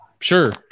sure